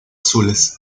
azules